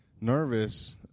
nervous